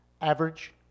average